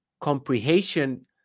comprehension